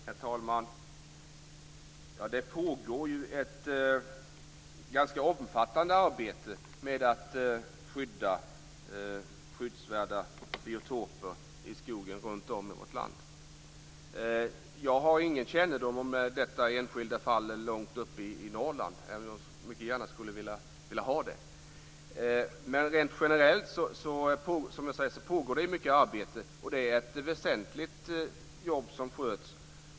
Herr talman! Det pågår ju ett ganska omfattande arbete runt om i vårt land med att skydda skyddsvärda biotoper i skogen. Jag har ingen kännedom om detta enskilda fall långt uppe i Norrland, även om jag gärna skulle vilja ha det. Rent generellt kan jag säga att det pågår mycket arbete. Det är ett väsentligt jobb som görs.